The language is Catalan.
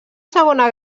segona